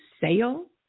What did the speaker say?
sale